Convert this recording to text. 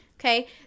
Okay